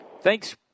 Thanks